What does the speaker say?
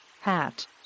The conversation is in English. hat